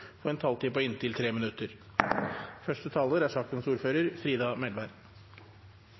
får en taletid på inntil 3 minutter.